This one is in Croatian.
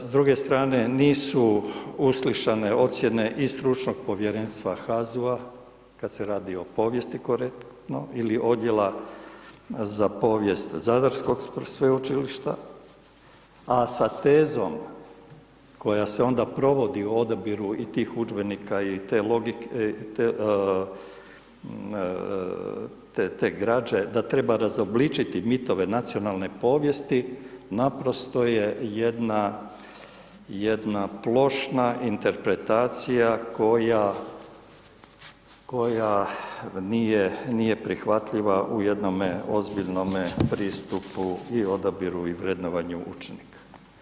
S druge strane, nisu uslišane ocjene iz Stručnog povjerenstva HAZU-a, kad se radi o povijesti, konkretno, ili Odjela za povijest zadarskog sveučilišta, a sa tezom koja se onda provodi u odabiru tih udžbenika i te građe, da treba razobličiti mitove nacionalne povijesti, naprosto je jedna plošna interpretacija koja nije prihvatljiva u jednome ozbiljnome pristupu i odabiru i vrednovanju učenika.